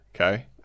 Okay